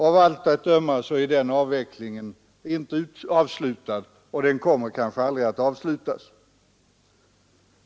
Av allt att döma är den utvecklingen inte avslutad, och den kommer kanske aldrig att avslutas.